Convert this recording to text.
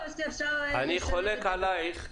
אני חולק עלייך.